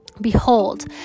Behold